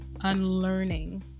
unlearning